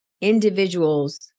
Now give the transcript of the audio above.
individuals